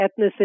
ethnicity